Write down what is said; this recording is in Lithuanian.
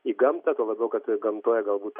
į gamtą tuo labiau kad gamtoje galbūt